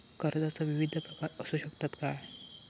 कर्जाचो विविध प्रकार असु शकतत काय?